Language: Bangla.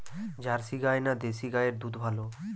জার্সি গাই না দেশী গাইয়ের দুধ ভালো?